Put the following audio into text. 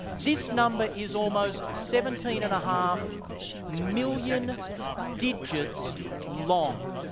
this number is almost seventeen and a half million digits long.